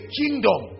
kingdom